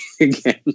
again